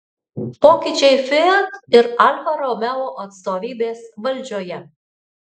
pokyčiai fiat ir alfa romeo atstovybės valdžioje